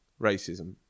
racism